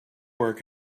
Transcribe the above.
work